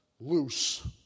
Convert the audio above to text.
loose